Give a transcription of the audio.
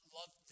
love